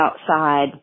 outside